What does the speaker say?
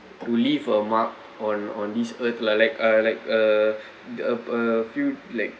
to leave a mark on on this earth like a like a uh few like